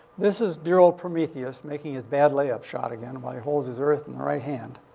this is dear old prometheus making his bad layup shot again while he holds his earth in the right hand.